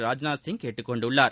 ராஜ்நாத்சிய் கேட்டுக் கொண்டுள்ளார்